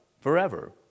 forever